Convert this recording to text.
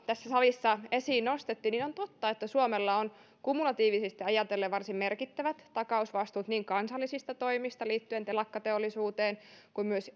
tässä salissa esiin nostettiin niin on totta että suomella on kumulatiivisesti ajatellen varsin merkittävät takausvastuut niin kansallisista toimista liittyen telakkateollisuuteen kuin myös